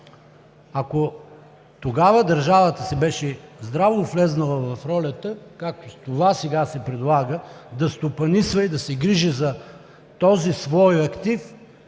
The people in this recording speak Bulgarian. Ако тогава държавата си беше здраво влязла в ролята, както това сега се предлага – да стопанисва и да се грижи за този свой актив,